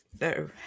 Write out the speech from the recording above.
No